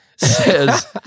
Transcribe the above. Says